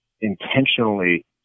intentionally